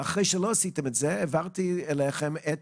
אחרי שלא עשיתם את זה, העברתי לכם את